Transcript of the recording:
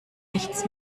nichts